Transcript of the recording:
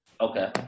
Okay